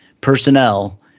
personnel